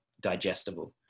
digestible